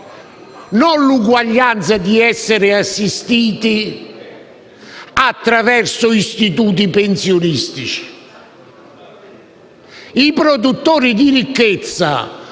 non l'uguaglianza di essere assistiti attraverso istituti pensionistici.